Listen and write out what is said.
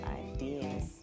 ideas